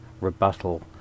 rebuttal